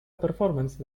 performance